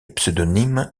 pseudonyme